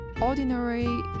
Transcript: ordinary